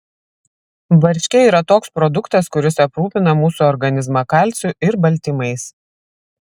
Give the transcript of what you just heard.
varškė yra toks produktas kuris aprūpina mūsų organizmą kalciu ir baltymais